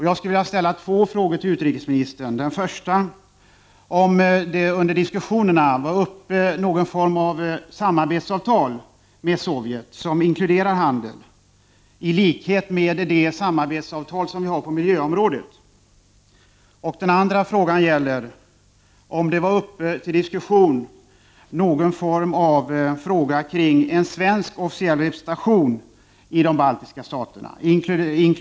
Jag skulle vilja ställa två frågor till utrikesministern: Var under diskussionerna någon form av samarbetsavtal med Sovjet som inkluderar handel uppe, ett samarbetsavtal liknande det vi har på miljöområdet? Var någon form av = Prot. 1989/90:27 svensk officiell representation i de baltiska staterna inkl.